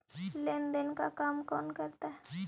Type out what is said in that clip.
लेन देन का काम कौन करता है?